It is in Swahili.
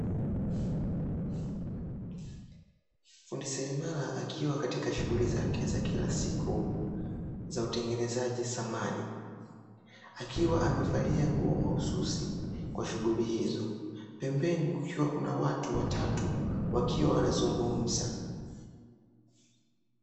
Fundi selemara akiwa katika shughuli zake za kila siku za utengenezaji samani, akiwa amevalia nguo mahususi kwa shughui hizo, pembeni kukiwa na watu watatu wakiwa wanazungumza.